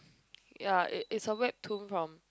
ya it it's a Webtoon from